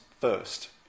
first